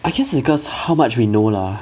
I guess because how much we know lah